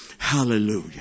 Hallelujah